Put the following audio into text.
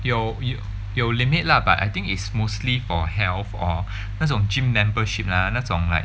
有有有 limit lah but I think is mostly for health or 那种 gym membership lah 那种 like